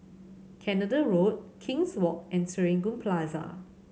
Canada Road King's Walk and Serangoon Plaza